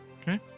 Okay